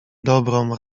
dobrą